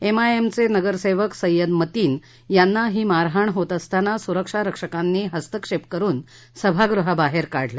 एमआयएमचे नगरसेवक सय्यद मतीन यांना ही मारहाण होतअसताना सुरक्षा रक्षकांनी हस्तक्षेप करून सभागृहाबाहेर काढलं